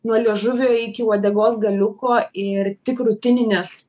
nuo liežuvio iki uodegos galiuko ir tik rutininės